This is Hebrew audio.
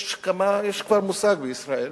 יש כבר מושג בישראל,